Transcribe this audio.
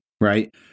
right